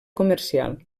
comercial